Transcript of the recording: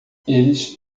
eles